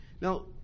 Now